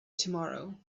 tomorrow